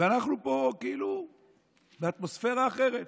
ואנחנו פה כאילו באטמוספירה אחרת.